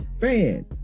fan